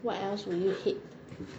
what else would you hate